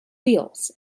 wheels